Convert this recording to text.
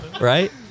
right